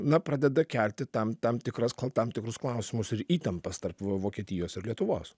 na pradeda kelti tam tam tikras ko tam tikrus klausimus ir įtampas tarp vokietijos ir lietuvos